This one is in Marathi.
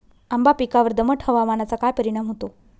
आंबा पिकावर दमट हवामानाचा काय परिणाम होतो?